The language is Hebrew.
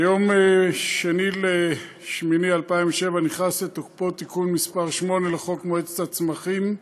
ביום 2 באוגוסט 2007 נכנס לתוקפו תיקון מס' 8 לחוק מועצת הצמחים,